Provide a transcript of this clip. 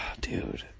dude